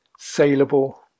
saleable